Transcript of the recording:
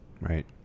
Right